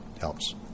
helps